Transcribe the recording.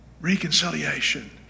reconciliation